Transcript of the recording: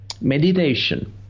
meditation